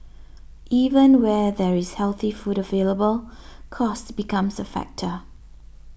even where there is healthy food available cost becomes a factor